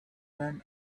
them